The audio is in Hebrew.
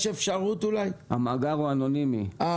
אוקיי.